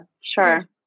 sure